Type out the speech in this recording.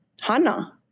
hana